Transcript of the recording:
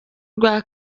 rwa